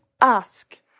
ask